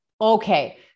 Okay